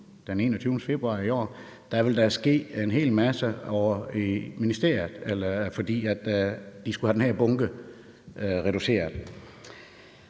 at allerede i næste uge ville der ske en hel masse ovre i ministeriet, fordi de skulle have den her bunke reduceret.